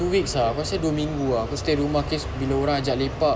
two weeks ah aku rasa dua minggu ah aku stay rumah case bila orang ajak lepak